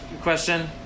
question